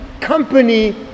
company